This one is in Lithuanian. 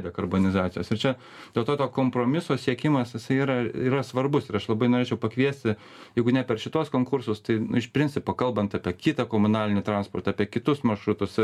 dekarbonizacijos ir čia dėl to to kompromiso siekimas jisai yra yra svarbus ir aš labai norėčiau pakviesti jeigu ne per šituos konkursus tai iš principo kalbant apie kitą komunalinį transportą apie kitus maršrutus